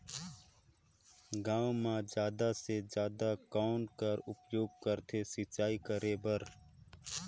गांव म जादा से जादा कौन कर उपयोग करथे सिंचाई करे बर?